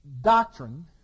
doctrine